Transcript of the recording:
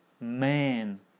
Man